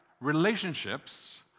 Relationships